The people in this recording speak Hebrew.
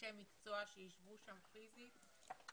אנשי מקצוע שיישבו שם פיזית,